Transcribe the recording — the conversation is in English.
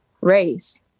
race